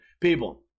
People